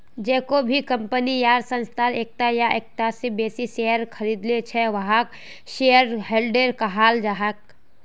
जेको भी कम्पनी या संस्थार एकता या एकता स बेसी शेयर खरीदिल छ वहाक शेयरहोल्डर कहाल जा छेक